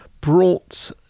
brought